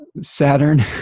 Saturn